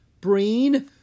Breen